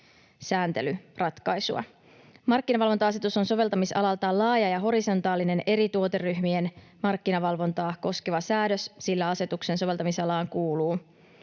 Markkinavalvonta-asetus on soveltamisalaltaan laaja ja horisontaalinen eri tuoteryhmien markkinavalvontaa koskeva säädös, sillä asetuksen soveltamisalaan kuuluu